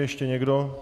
Ještě někdo?